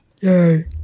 Yay